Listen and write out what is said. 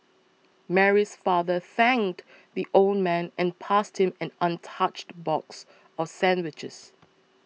Mary's father thanked the old man and passed him an untouched box of sandwiches